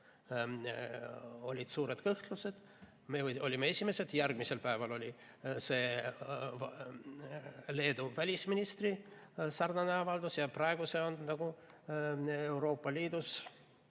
olid suured kõhklused, aga me olime esimesed, järgmisel päeval tuli Leedu välisministrilt sarnane avaldus ja praegu on see Euroopa Liidus